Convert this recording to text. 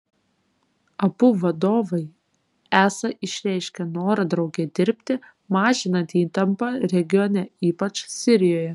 abu vadovai esą išreiškė norą drauge dirbti mažinant įtampą regione ypač sirijoje